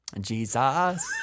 Jesus